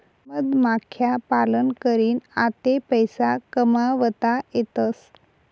मधमाख्या पालन करीन आते पैसा कमावता येतसं